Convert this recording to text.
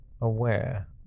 aware